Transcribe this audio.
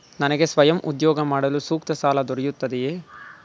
ನನಗೆ ಸ್ವಯಂ ಉದ್ಯೋಗ ಮಾಡಲು ಸೂಕ್ತ ಸಾಲ ದೊರೆಯುತ್ತದೆಯೇ?